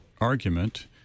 argument